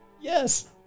Yes